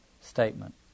statement